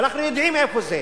ואנחנו יודעים איפה זה,